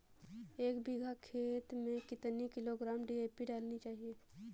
एक बीघा खेत में कितनी किलोग्राम डी.ए.पी डालनी चाहिए?